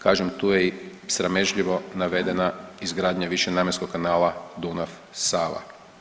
Kažem tu je i sramežljivo navedena izgradnja višenamjenskog kanala Dunav – Sava.